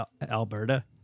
alberta